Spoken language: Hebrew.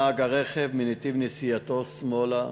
סטה, על-פי החשד, נהג הרכב מנתיב נסיעתו שמאלה